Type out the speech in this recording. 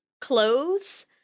clothes